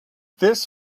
this